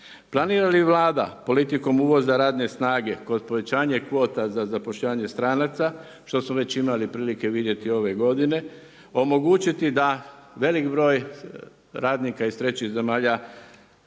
Planira li Vlada politikom uvoza radne snage kod povećanjem kvota za zapošljavanje stranaca, što smo već imali prilike vidjeti ove godine, omogućiti da velik broj radnika iz trećih zemalja